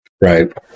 Right